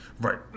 Right